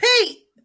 Pete